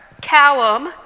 Callum